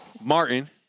Martin